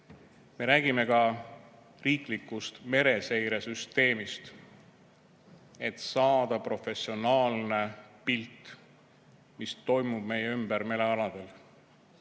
Me räägime ka riiklikust mereseiresüsteemist, et saada professionaalne pilt sellest, mis toimub meie merealadel.